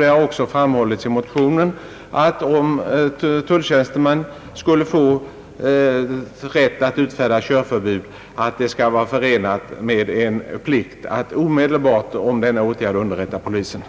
Det har också framhållits i motionen att om tulltjänsteman skulle få rätt att utfärda körförbud, skulle denna rätt vara förenad med en plikt att omedelbart underrätta polisen